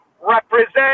represent